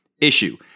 issue